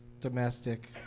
domestic